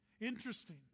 Interesting